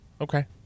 Okay